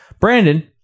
Brandon